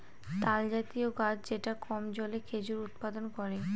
তালজাতীয় গাছ যেটা কম জলে খেজুর উৎপাদন করে